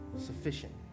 sufficient